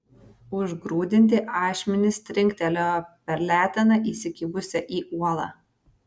užgrūdinti ašmenys trinktelėjo per leteną įsikibusią į uolą